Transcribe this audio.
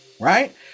right